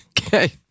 Okay